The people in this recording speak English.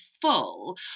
full